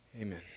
Amen